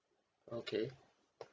okay